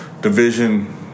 division